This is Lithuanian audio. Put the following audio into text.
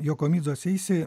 jokomidzo seisi